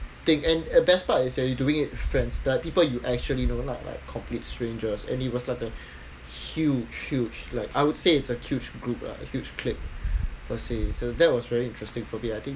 thing and the best part is you're doing it with friends they're like people you actually know not like complete strangers and it was like a huge huge like I would say it's a huge group lah are huge clip per se so that was very interesting for me I think